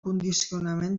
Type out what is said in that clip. condicionament